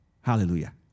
Hallelujah